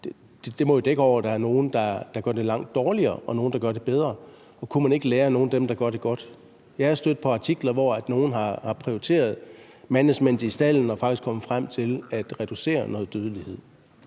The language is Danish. pct. må jo dække over, at der er nogle, der gør det langt dårligere, og nogle, der gør det bedre. Så kunne man ikke lære af nogle af dem, der gør det godt? Jeg er stødt på artikler om, at nogle har prioriteret management i stalden og faktisk er kommet frem til at reducere dødeligheden.